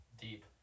Deep